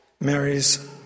Mary's